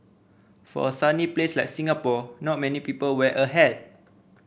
for a sunny place like Singapore not many people wear a hat